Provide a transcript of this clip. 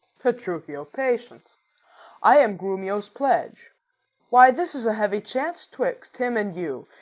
petruchio, patience i am grumio's pledge why, this's a heavy chance twixt him and you,